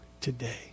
today